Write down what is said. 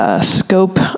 Scope